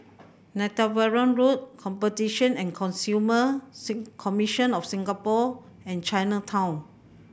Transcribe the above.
Netheravon Road Competition and Consumer Sin Commission of Singapore and Chinatown